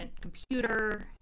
computer